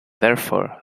therefore